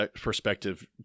perspective